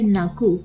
naku